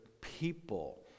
people